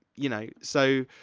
you know, so,